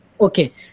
Okay